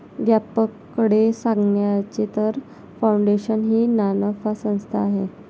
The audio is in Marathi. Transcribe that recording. व्यापकपणे सांगायचे तर, फाउंडेशन ही नानफा संस्था आहे